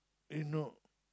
eh no